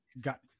got